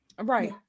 right